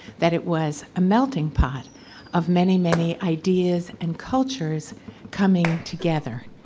that it was a melting pot of many, many ideas and cultures coming together.